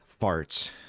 farts